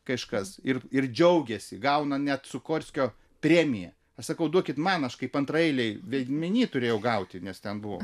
kažkas ir ir džiaugiasi gauna net sikorskio premiją aš sakau duokit man aš kaip antraeiliai vaidmenyje turėjau gauti nes ten buvo